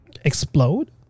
explode